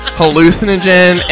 hallucinogen